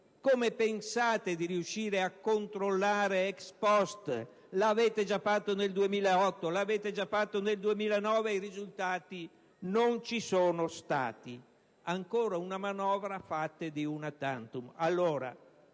come pensate di riuscire a controllare *ex post*? L'avete già fatto nel 2008 e nel 2009 e i risultati non ci sono stati. Ancora una manovra fatta di *una tantum*.